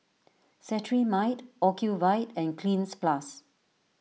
Cetrimide Ocuvite and Cleanz Plus